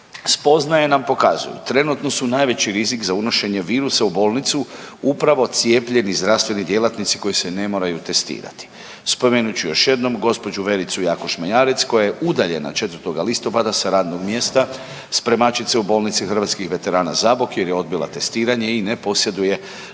spoznaje nam pokazuju, trenutno su najveći rizik za unošenje virusa u bolnicu upravo cijepljeni zdravstveni djelatnici koji se ne moraju testirati. Spomenut ću još jednom gđu. Vericu Jakuš Mejarec koja je udaljena 4. listopada sa radnog mjesta spremačice u bolnici Hrvatskih veterana Zabok jer je odbila testiranje i ne posjeduje covid